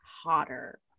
hotter